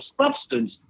substance